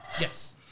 Yes